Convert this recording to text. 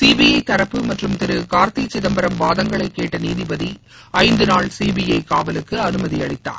CBI தரப்பு மற்றும் திரு கார்த்தி சிதம்பரம் வாதங்களை கேட்ட நீதிபதி ஐந்து நாள் சிபிஐ காவலுக்கு அனுமதியளித்தார்